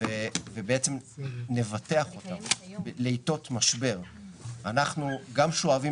ובעצם נבטח אותם לעתות משבר אנחנו גם שואבים